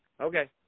Okay